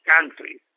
countries